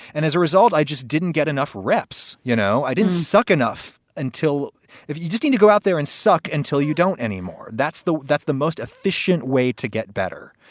and as a result, i just didn't get enough reps. you know, i didn't suck enough until if you just need to go out there and suck until you don't anymore. that's the that's the most efficient way to get better.